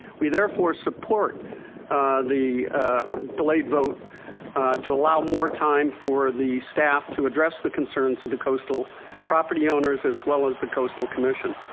we therefore support the delayed vote to allow more time for the staff to address the concerns of the coastal property owners as well as the coastal commission.